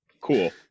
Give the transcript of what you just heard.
Cool